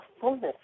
fullness